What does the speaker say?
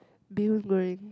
Bee-Hoon-Goreng